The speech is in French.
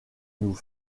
nous